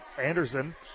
Anderson